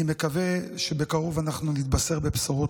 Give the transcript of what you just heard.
ואני מקווה שבקרוב אנחנו נתבשר בבשורות